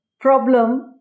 problem